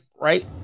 Right